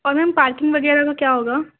اور میم پارکنگ وغیرہ کا کیا ہوگا